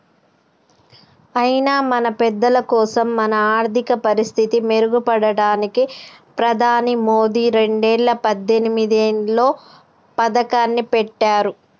అయినా మన పెద్దలకోసం మన ఆర్థిక పరిస్థితి మెరుగుపడడానికి ప్రధాని మోదీ రెండేల పద్దెనిమిదిలో పథకాన్ని పెట్టారు